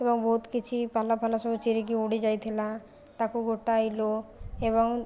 ଏବଂ ବହୁତ କିଛି ପାଲ ଫାଲ ସବୁ ଚିରିକି ଉଡ଼ିଯାଇଥିଲା ତାକୁ ଗୋଟାଇଲୁ ଏବଂ